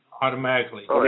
Automatically